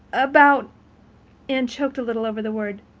about anne choked a little over the word